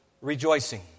rejoicing